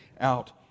out